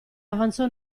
avanzò